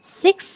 six